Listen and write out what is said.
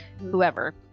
whoever